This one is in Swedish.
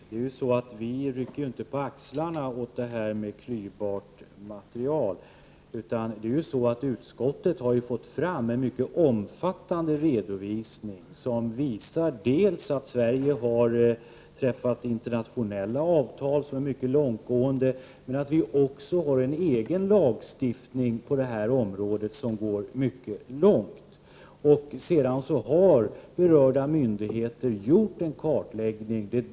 Fru talman! Till Bengt Kindbom vill jag säga att vi inte rycker på axlarna vad gäller frågan om klyvbart material. Utskottet har fått fram en mycket omfattande redovisning av vilken framgår dels att Sverige har träffat internationella avtal som är mycket långtgående, dels att vår egen lagstiftning på detta område går mycket långt. Berörda myndigheter har gjort en kartläggning.